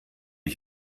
ich